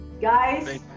Guys